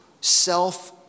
self